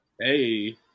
Hey